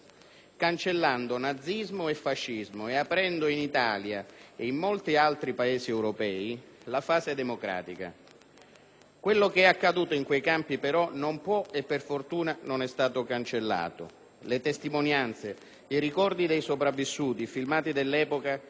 cancellando nazismo e fascismo e aprendo in Italia e in molti altri Paesi europei la fase democratica. Quello che è accaduto in quei campi però non può, e per fortuna non è stato cancellato. Letestimonianze, i ricordi dei sopravvissuti, i filmati dell'epoca